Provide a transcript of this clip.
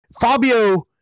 Fabio